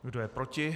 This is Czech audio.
Kdo je proti?